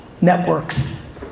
networks